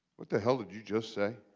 what the hell did you just say?